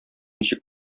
ничек